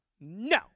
no